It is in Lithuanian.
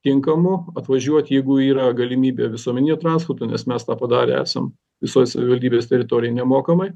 tinkamu atvažiuot jeigu yra galimybė visuomeniniu transportu nes mes tą padarę esam visoj savivaldybės teritorijoj nemokamai